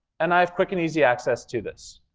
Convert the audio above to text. and i have quick and easy access to this.